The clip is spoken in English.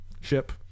ship